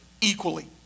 equally